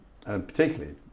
Particularly